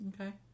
okay